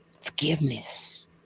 forgiveness